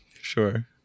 sure